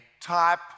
type